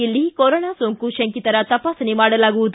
ಇಲ್ಲಿ ಕೊರೊನಾ ಸೋಂಕು ಶಂಕಿತರ ತಪಾಸಣೆ ಮಾಡಲಾಗುವುದು